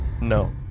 No